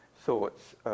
Thoughts